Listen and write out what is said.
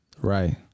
right